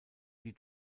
die